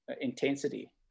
intensity